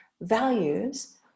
values